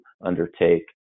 undertake